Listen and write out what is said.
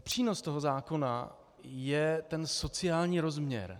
Přínos tohoto zákona je sociální rozměr.